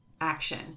action